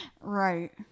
Right